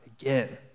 again